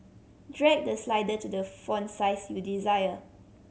drag the slider to the font size you desire